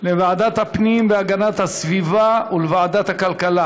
לוועדת הפנים והגנת הסביבה וועדת הכלכלה.